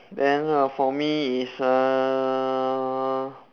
then err for me is err